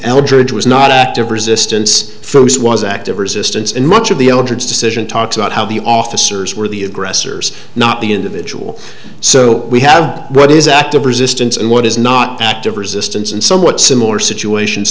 and was not active resistance was active resistance and much of the decision talked about how the officers were the aggressors not the individual so we have what is active resistance and what is not active resistance and somewhat similar situations